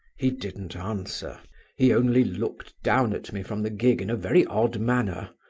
he didn't answer he only looked down at me from the gig in a very odd manner,